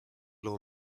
law